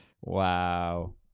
Wow